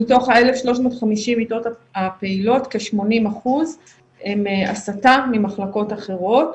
מתוך ה-1,350 המיטות הפנימיות כ-80% הן הסטה ממחלקות אחרות,